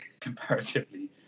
comparatively